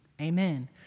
amen